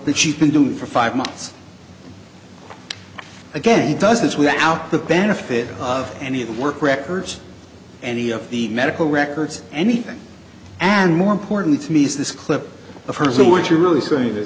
that she's been doing for five months again he does this without the benefit of any of the work records any of the medical records anything and more important to me is this clip of